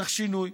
צריך שינוי.